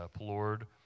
Lord